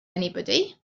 anybody